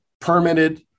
permitted